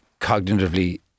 cognitively